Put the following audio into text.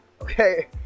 okay